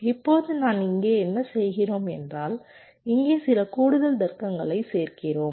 இப்போது நாம் இங்கே என்ன செய்கிறோம் என்றால் இங்கே சில கூடுதல் தர்க்கங்களைச் சேர்க்கிறோம்